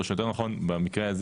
או כמו במקרה הזה